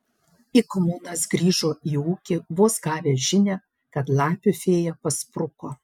ik munas grįžo į ūkį vos gavęs žinią kad lapių fėja paspruko